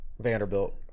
Vanderbilt